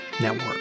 Network